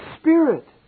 Spirit